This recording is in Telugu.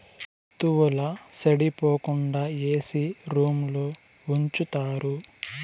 వత్తువుల సెడిపోకుండా ఏసీ రూంలో ఉంచుతారు